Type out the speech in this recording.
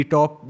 Top